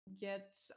get